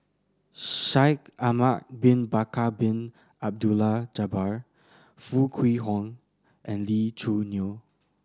Shaikh Ahmad Bin Bakar Bin Abdullah Jabbar Foo Kwee Horng and Lee Choo Neo